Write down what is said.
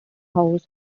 house